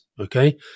Okay